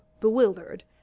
bewildered